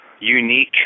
unique